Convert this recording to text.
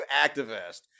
activist